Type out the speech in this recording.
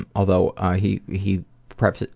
although ah he he pref